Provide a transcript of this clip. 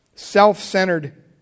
Self-centered